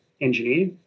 engineer